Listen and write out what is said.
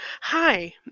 Hi